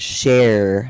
share